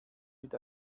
mit